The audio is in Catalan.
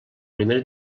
primera